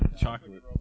chocolate